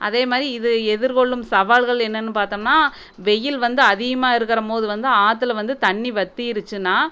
அதே மாதிரி இது எதிர் கொள்ளும் சவால்கள் என்னன்னு பார்த்தம்னா வெயில் வந்து அதிகமாக இருக்கிறம்போது வந்து ஆற்றுல வந்து தண்ணி வத்திருச்சுனா